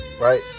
Right